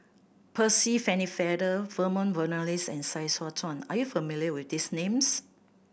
Percy Pennefather Vernon Cornelius and Sai Hua Kuan are you familiar with these names